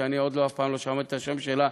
שאף פעם לא שמעתי את השם שלה,